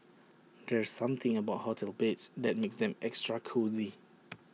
there's something about hotel beds that makes them extra cosy